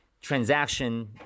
transaction